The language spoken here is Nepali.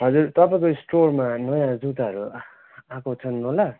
हजुर तपाईँको स्टोरमा नयाँ जुत्ताहरू आएको छन् होला